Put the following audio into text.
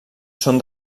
són